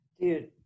dude